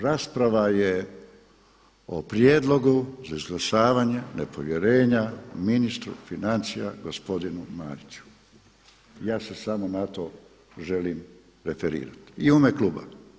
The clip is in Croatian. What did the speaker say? Rasprava je o Prijedlogu za izglasavanje nepovjerenja ministru financija gospodinu Mariću i ja se samo na to želim referirati i u ime kluba.